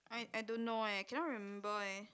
I I don't know eh cannot remember eh